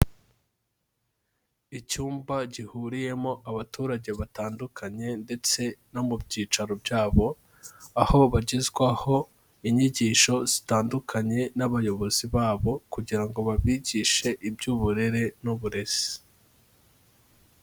Icyumba gihuriyemo abaturage batandukanye ndetse no mu byicaro byabo, aho bagezwaho inyigisho zitandukanye n'abayobozi babo kugira ngo babigishe iby'uburere n'uburezi.